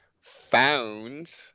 Found